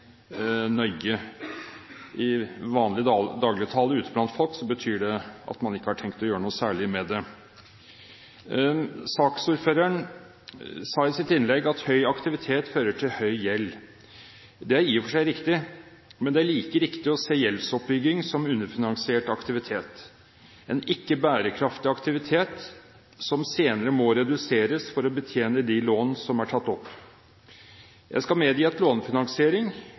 I vanlig dagligtale ute blant folk betyr det at man ikke har tenkt å gjøre noe særlig med det. Saksordføreren sa i sitt innlegg at høy aktivitet fører til høy gjeld. Det er i og for seg riktig, men det er like riktig å se gjeldsoppbygging som underfinansiert aktivitet – en ikke bærekraftig aktivitet som senere må reduseres for å betjene de lån som er tatt opp. Jeg skal medgi